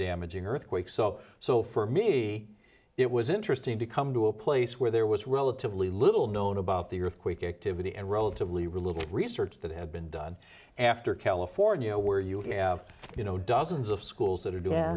damaging earthquakes so so for me it was interesting to come to a place where there was relatively little known about the earthquake activity and relatively little research that had been done after california where you have you know dozens of schools that are doing